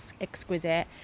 exquisite